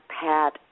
pat